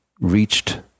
reached